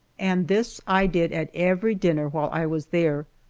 and this i did at every dinner while i was there,